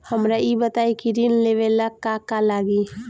हमरा ई बताई की ऋण लेवे ला का का लागी?